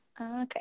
okay